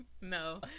no